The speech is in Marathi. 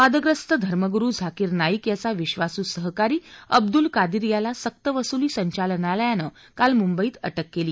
वादग्रस्त धर्मगुरु झाकीर नाईक याचा विधासू सहकारी अब्दुल कादीर याला सक्तवसुली संचालनालयानं काल मुंबईत अके कली